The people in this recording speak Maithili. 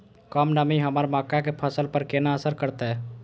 कम नमी हमर मक्का के फसल पर केना असर करतय?